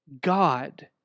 God